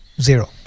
zero